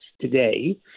today